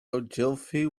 ogilvy